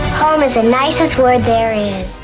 home is the nicest word there is.